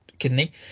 kidney